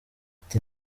ati